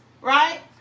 right